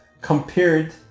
compared